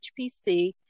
HPC